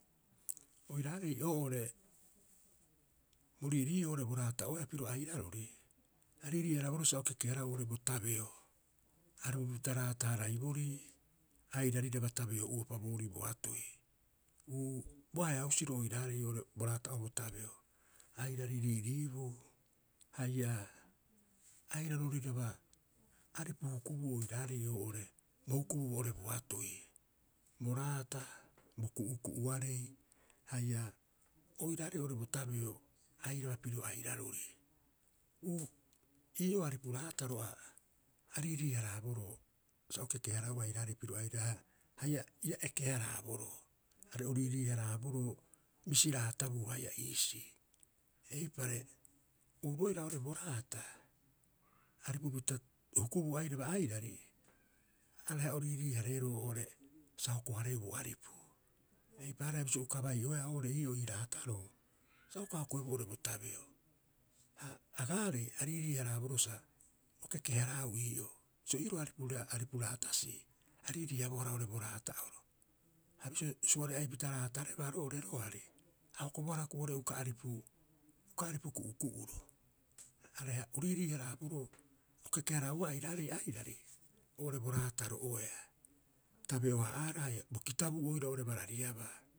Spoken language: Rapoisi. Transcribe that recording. Oiraarei oo'ore bo riirii'o oo'ore bo raata'oea piro airarori, a riirii- haraaboroo sa o keke- haraau oo'ore bo tabeo, aripupita raata- haraiborii airariraba tabeo'uopa boo rii boatoi. Uu bo ahe'a husiro oiraarei oo'ore bo raataoo bo tabeo, airari riiriibuu haia airaroriraba aripu hukubuu oiraarei oo'ore bo hukubuu boo'ore boatoi. Bo raata, bo ku'uku'uarei haia oiraarei oo'ore bo tabeo airaba piro airarori. Uu ii'oo aripu raataro a riirii- haraaboroo sa o keke- haraau airaarei piro airarori haia ia eke- haraaboroo are o riirii- haraaboroo bisi raatabuu haia iisii. Eipare, oru oira oo'ore bo raata aripupita hukubuu airaba airari, areha o riirii- hareeroo oo'ore sa hoko- hareeu bo aripu. Eipaareha bisio uka bai'oeaa oo'ore ii raataro sa uka hokoeboo ii'oo bo tabeo. Ha agaarei a riirii- haraaboroo sa o keke- haraau ii'oo. Bisio iiroo aripu raatasi, a riiriiabohara oo'ore bo raata'oro ha bisio suari'apita raatarebaa roo'ore roari a hokobohara hioko'i oo'ore uka aripu uka aripu ku'uku'uro. Areha o riirii- haraboroo o keke- haraabouba airaare airari oo'ore bo raataro'oea tabeo- haa'aahara haia bo kitabuu oirau oo'ore barariaba.